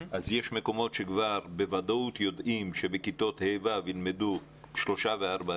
יש מקומות שכבר בוודאות יודעים שבכיתות ה'-ו' ילמדו שלושה וארבעה